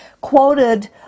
quoted